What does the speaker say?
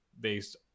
based